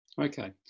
Okay